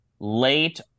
Late